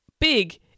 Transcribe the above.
big